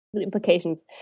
Implications